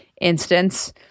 instance